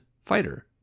fighter